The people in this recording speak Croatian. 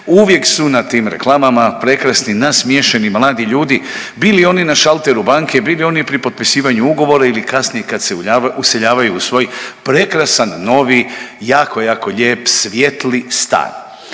uvijek su na tim reklamama prekrasni, nasmiješeni mladi ljudi bili oni na šalteru banke, bili oni pri potpisivanju ugovora ili kasnije kad se useljavaju u svoj prekrasan dom, jako, jako lijep, svijetli stan.